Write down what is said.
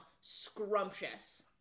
scrumptious